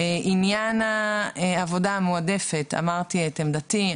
בעניין העבודה המועדפת אמרתי את עמדתי.